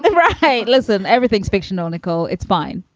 and right listen, everything's fictional, nicole. it's fine.